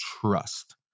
trust